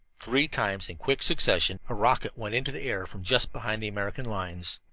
three times in quick succession, a rocket went into the air from just behind the american lines.